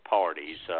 parties